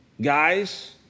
guys